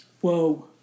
Whoa